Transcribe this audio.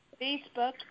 Facebook